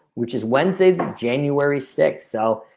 which is wednesday, january six, so,